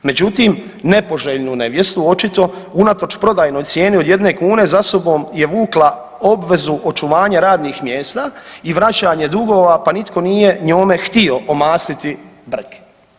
Međutim nepoželjnu nevjestu očito unatoč prodajnoj cijeni od 1 kune za sobom je vukla obvezu očuvanja radnih mjesta i vraćanje dugova, pa nitko nije njome htio omastiti brk.